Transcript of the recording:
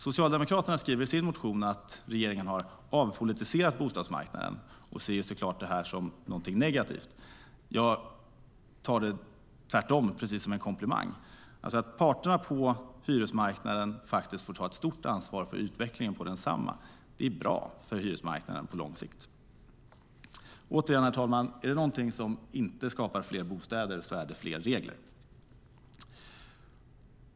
Socialdemokraterna skriver i sin motion att regeringen har avpolitiserat bostadsmarknaden och ser det som något negativt. Jag tar det tvärtom som en komplimang. Att parterna på hyresmarknaden får ta ett stort ansvar för utvecklingen på densamma är bra för hyresmarknaden på lång sikt. Återigen, herr talman: Är det något som inte skapar fler bostäder är det fler regler.